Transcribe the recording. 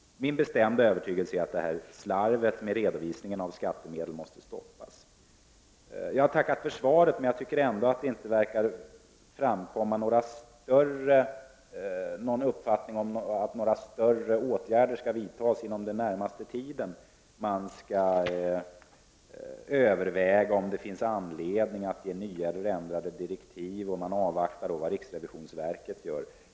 Min bestämda övertygelse är att detta slarv med redovisningen av skattemedel måste stoppas. Jag har tackat för svaret, men jag menar att det inte tycks som om några större åtgärder skall vidtas inom den närmaste tiden. Man skall överväga om det finns anledning att ge nya eller ändrade direktiv, och man avvaktar riksrevisionsverkets handlande.